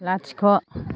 लाथिख'